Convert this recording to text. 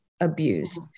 abused